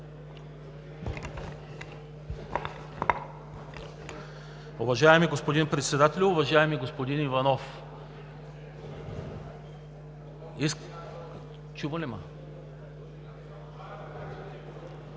Уважаеми господин Председател, уважаеми господин Иванов! Чува